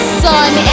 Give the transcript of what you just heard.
sun